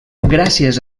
gràcies